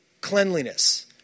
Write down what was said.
cleanliness